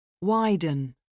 Widen